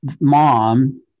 mom